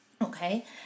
Okay